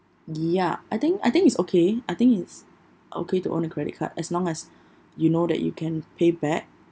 ya I think I think it's okay I think it's okay to own a credit card as long as you know that you can pay back